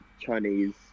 Chinese